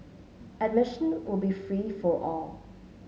admission will be free for all